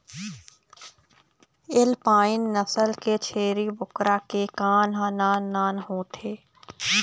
alpine नसल के छेरी बोकरा के कान ह नान नान होथे